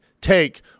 take